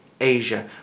Asia